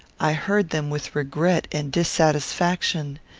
i heard them with regret and dissatisfaction.